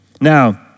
Now